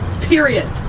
Period